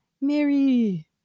Mary